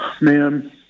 Man